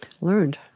learned